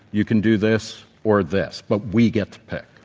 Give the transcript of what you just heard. you can do this or this, but we get to pick.